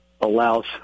allows